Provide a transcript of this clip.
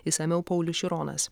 išsamiau paulius šironas